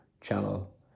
channel